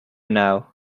now